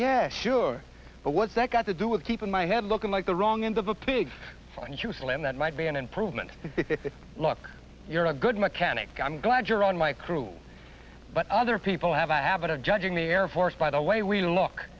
yeah sure but what's that got to do with keeping my head looking like the wrong end of a pig find useful and that might be an improvement look you're a good mechanic i'm glad you're on my crew but other people have a habit of judging the air force by the way we look